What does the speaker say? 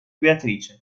beatrice